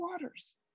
waters